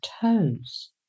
toes